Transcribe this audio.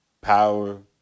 power